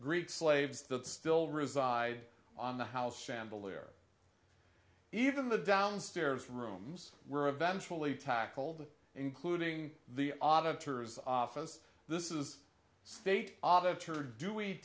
great slaves that still reside on the house chandelier even the downstairs rooms were eventually tackled including the auditors office this is state auditors are doing